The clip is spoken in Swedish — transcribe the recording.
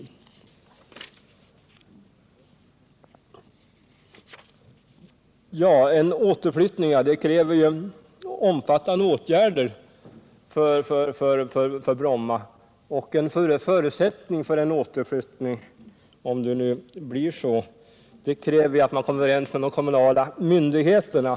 15 december 1977 En återflyttning kräver omfattande åtgärder på Bromma. En förut sättning för en återflyttning är att man kommer överens med de kom = Flygplatsfrågan i munala myndigheterna.